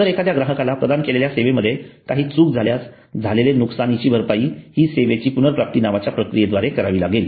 जर एखाद्या ग्राहकाला प्रदान केलेल्या सेवेमध्ये काही चूक झाल्यास झालेले नुकसानीची भरपाई हि सेवेची पुनर्प्राप्ती नावाच्या प्रक्रियेद्वारे करावी लागेल